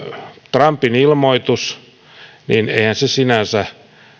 trumpin ilmoitus sinänsä